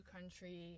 country